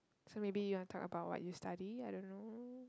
so maybe you wanna talk about what you study I don't know